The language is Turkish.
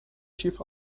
çift